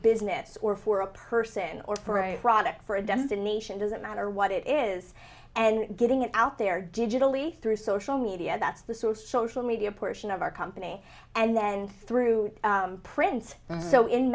business or for a person or for a product for a destination does it matter what it is and getting it out there digitally through social media that's the source social media portion of our company and then through prints and so in